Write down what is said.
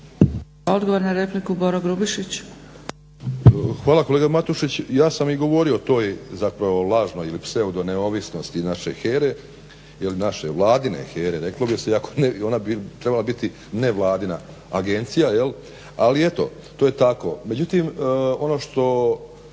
Hvala kolega Matušić, ja sam i govorio o toj zapravo lažnoj ili pseudo neovisnosti naše HERA-e ili naše Vladine HERA-e reklo bi se iako ona bi trebala biti nevladina agencija ali eto to je tako. Međutim ono što